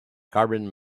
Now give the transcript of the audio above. carbon